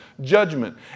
judgment